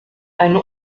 eine